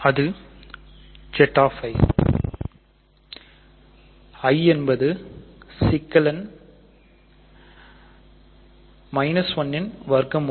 அது Zi ஐ i என்பது சிக்கலெண் 1 ன் வர்க்க மூலம்